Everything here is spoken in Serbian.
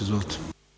Izvolite.